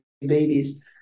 babies